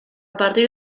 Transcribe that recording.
partir